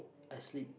I slip